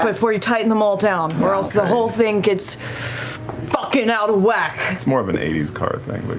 before you tighten them all down, or else the whole thing gets fucking out of whack. travis it's more of an eighty s car thing, but